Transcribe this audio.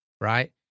Right